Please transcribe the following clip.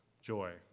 joy